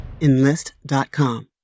Enlist.com